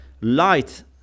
light